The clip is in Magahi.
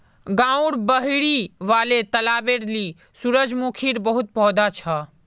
गांउर बहिरी वाले तलबेर ली सूरजमुखीर बहुत पौधा छ